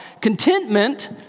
Contentment